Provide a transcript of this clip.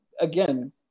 again